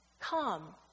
come